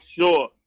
sure